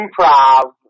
improv